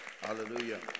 Hallelujah